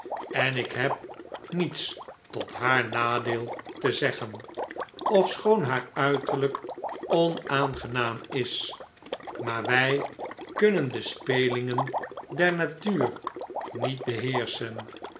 en ik heb niets tot haar nadeel te zeggen ofschoon haar uiterlijk onaangenaam is maar wij kunnen de spelingen der natuur niet beheerschen